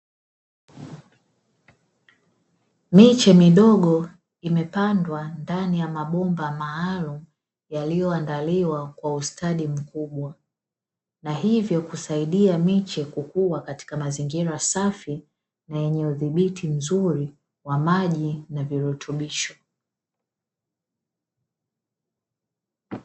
Miche midogo, imepandwa ndani ya mabomba maalumu yaliyoandaliwa kwa ustadi mkubwa, na hivyo kusaidia miche kukua katika mazingira safi na yenye udhibiti mzuri wa maji na virutubisho.